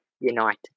United